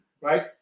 right